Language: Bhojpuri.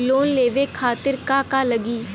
लोन लेवे खातीर का का लगी?